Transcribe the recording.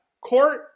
Court